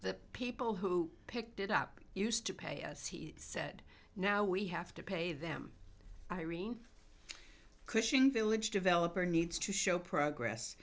the people who picked it up used to pay us he said now we have to pay them irene cushing village developer needs to show progress